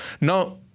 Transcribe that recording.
Now